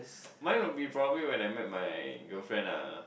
mine would be probably when I met my girlfriend ah